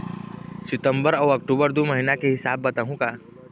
सितंबर अऊ अक्टूबर दू महीना के हिसाब बताहुं का?